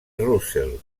russell